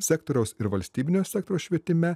sektoriaus ir valstybinio sektoriaus švietime